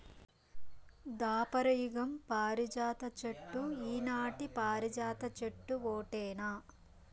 దాపర యుగం పారిజాత చెట్టు ఈనాటి పారిజాత చెట్టు ఓటేనా